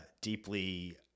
deeply